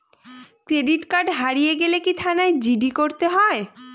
Credit card হারিয়ে গেলে কি থানায় জি.ডি করতে হয়?